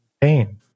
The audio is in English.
pain